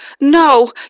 No